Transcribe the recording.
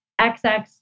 XX